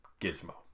Gizmo